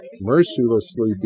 mercilessly